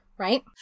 Right